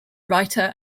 writer